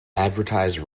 advertise